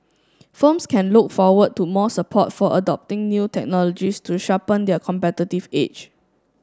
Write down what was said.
firms can look forward to more support for adopting new technologies to sharpen their competitive edge